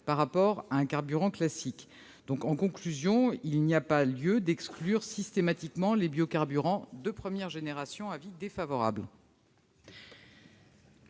par rapport à un carburant classique. En conclusion, il n'y a pas lieu d'exclure systématiquement les biocarburants de première génération des dispositifs